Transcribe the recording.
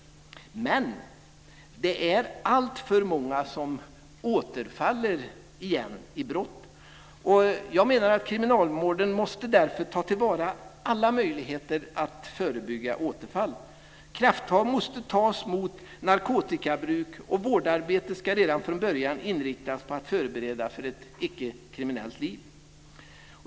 Men det är alltför många som återfaller i brott. Jag menar att kriminalvården därför måste ta till vara alla möjligheter att förebygga återfall. Krafttag måste tas mot narkotikabruk, och vårdarbetet ska redan från början inriktas på att förbereda för ett icke kriminellt liv.